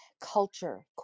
culture